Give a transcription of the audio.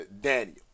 Daniel